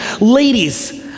Ladies